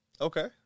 Okay